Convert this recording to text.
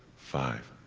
five,